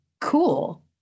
cool